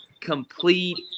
complete